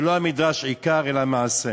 ולא המדרש עיקר אלא המעשה.